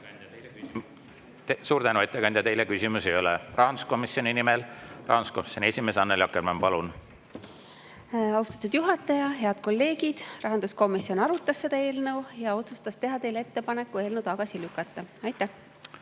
Suur tänu, ettekandja! Teile küsimusi ei ole. Rahanduskomisjoni nimel, rahanduskomisjoni esimees Annely Akkermann, palun! Austatud juhataja! Head kolleegid! Rahanduskomisjon arutas seda eelnõu ja otsustas teha teile ettepaneku eelnõu tagasi lükata. Austatud